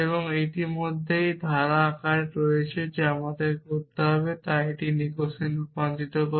সুতরাং এটি ইতিমধ্যেই ধারা আকারে রয়েছে আমাদের যা করতে হবে তা হল এটিকে নেগেশানে রূপান্তর করা